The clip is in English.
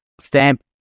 stamp